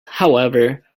however